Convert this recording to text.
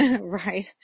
right